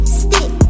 stick